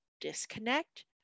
disconnect